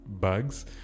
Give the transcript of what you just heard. bugs